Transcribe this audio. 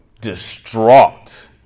distraught